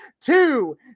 Two